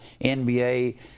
NBA